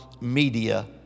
media